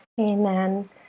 Amen